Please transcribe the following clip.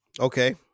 Okay